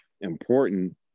important